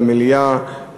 למליאה,